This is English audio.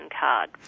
card